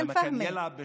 חוסיין פהמי,